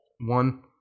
one